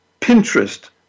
Pinterest